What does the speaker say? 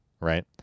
Right